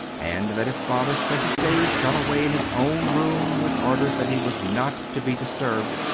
and that his father spent his days shut away in his own room with orders that he was not to be disturbed.